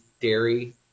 dairy